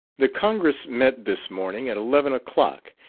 the congress met this morning at eleven o'clock,